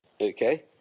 Okay